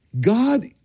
God